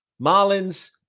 Marlins